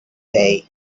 day